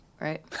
right